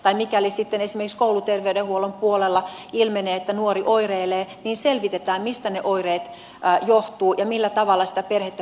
tai mikäli sitten esimerkiksi kouluterveydenhuollon puolella ilmenee että nuori oireilee niin selvitetään mistä ne oireet johtuvat ja millä tavalla sitä perhettä pystytään auttamaan